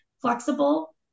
flexible